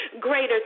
greater